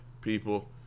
people